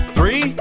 Three